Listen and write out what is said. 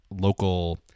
local